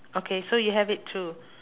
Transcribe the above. okay so you have it too